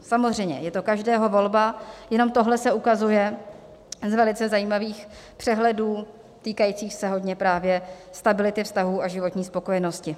Samozřejmě je to každého volba, jenom tohle se ukazuje z velice zajímavých přehledů týkajících se hodně právě stability vztahů a životní spokojenosti.